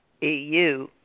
EU